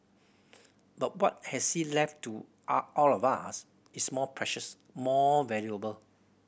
but what has he left to all of us is more precious more valuable